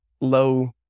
low